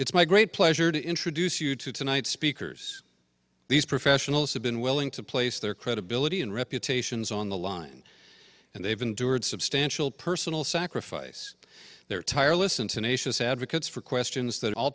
it's my great pleasure to introduce you to tonight's speakers these professionals have been willing to place their credibility and reputations on the line and they've endured substantial personal sacrifice their tireless intonations advocates for questions that all